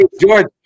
George